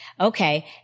Okay